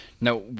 Now